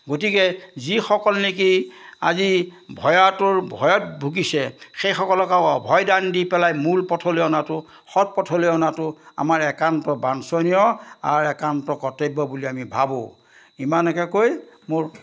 গতিকে যিসকল নেকি আজি ভয়াতুৰ ভয়ত ভূগিছে সেইসকলক আৰু অভয় দান দি পেলাই মূল পথলৈ অনাটো সৎ পথলৈ অনাটো আমাৰ একান্ত বাঞ্ছনীয় আৰু একান্ত কৰ্তব্য বুলি আমি ভাবোঁ ইমানকে কৈ মোৰ